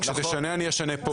כשתשנה, אני אשנה פה.